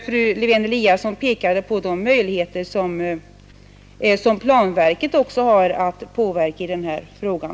Fru Lewén-Eliasson pekade ju på de möjligheter som planverket har till påverkan i den här frågan.